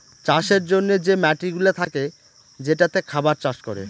চাষের জন্যে যে মাটিগুলা থাকে যেটাতে খাবার চাষ করে